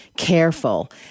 Careful